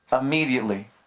immediately